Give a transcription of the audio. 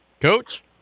Coach